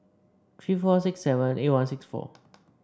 three four six seven eight one six four